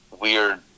weird